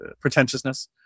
pretentiousness